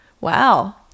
wow